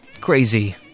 crazy